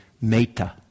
meta